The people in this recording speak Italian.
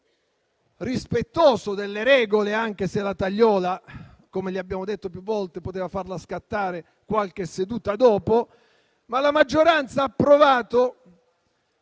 rispettoso delle regole, anche se la tagliola - come le abbiamo detto più volte - poteva farla scattare qualche seduta dopo. Ma la maggioranza ha provato